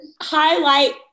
highlight